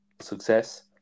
success